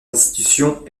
institutions